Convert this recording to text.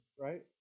right